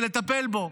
ולטפל בו.